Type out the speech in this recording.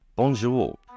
Bonjour